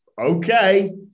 okay